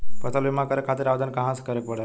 फसल बीमा करे खातिर आवेदन कहाँसे करे के पड़ेला?